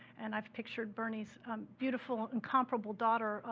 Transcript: and i've pictured bernie's beautiful and comparable daughter,